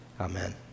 Amen